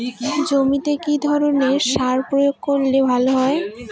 জমিতে কি ধরনের সার প্রয়োগ করলে ভালো হয়?